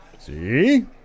See